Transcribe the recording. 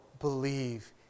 believe